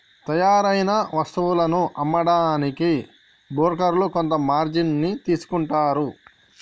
తయ్యారైన వుత్పత్తులను అమ్మడానికి బోకర్లు కొంత మార్జిన్ ని తీసుకుంటారు